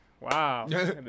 Wow